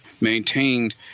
maintained